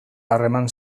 harreman